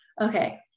Okay